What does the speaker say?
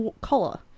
collar